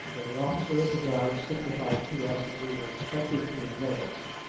and the officer of the guard signified to us that we were expected to advance,